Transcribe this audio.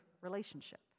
relationship